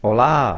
Olá